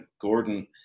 Gordon